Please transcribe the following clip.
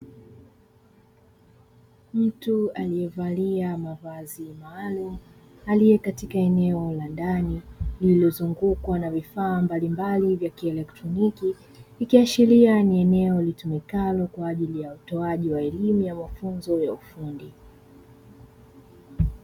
Mtu aliyevalia mavazi maalumu aliye katika eneo la ndani lililozungukwa na vifaa mbalimbali vya kielektroniki, ikiashiria ni eneo litumikalo kwa ajili ya utoaji wa elimu ya mafunzo ya ufundi.